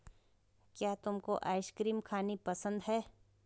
क्या तुमको आइसक्रीम खानी पसंद है?